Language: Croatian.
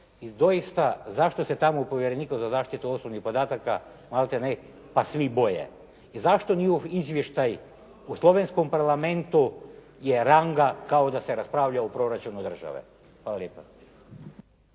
i doista zašto se tamo povjereniku za zaštitu osobnih podataka malte ne, pa svi boje. I zašto njihov izvještaj u Slovenskom Parlamentu je ranga kao da se raspravlja o proračunu države. Hvala lijepa.